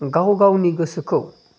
गाव गावनि गोसोखौ